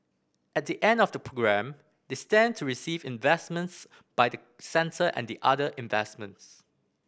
at the end of the programme they stand to receive investments by the centre and other investors